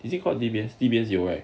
is it called D_B_S 有 right